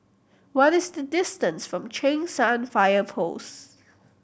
what is the distance from Cheng San Fire Post